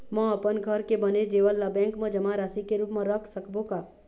म अपन घर के बने जेवर ला बैंक म जमा राशि के रूप म रख सकबो का?